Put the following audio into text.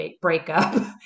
breakup